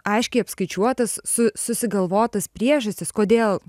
aiškiai apskaičiuotas su susigalvotas priežastis kodėl